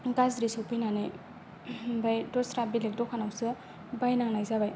गाज्रिसो फैनानै ओमफ्राय दस्रा बेलेग दखानावसो बायनांनाय जाबाय